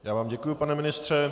Já vám děkuji, pane ministře.